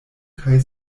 kaj